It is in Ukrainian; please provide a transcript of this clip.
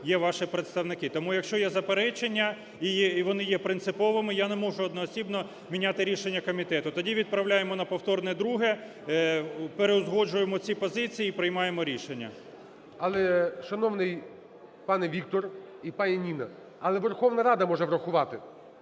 є ваші представники. Тому, якщо є заперечення і вони є принциповими, я не можу одноосібно міняти рішення комітету. Тоді відправляємо на повторне друге, переузгоджуємо ці позиції і приймаємо рішення. ГОЛОВУЮЧИЙ. Але, шановний пане Віктор і пані Ніна, але Верховна Рада може врахувати.